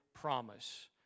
promise